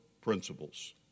principles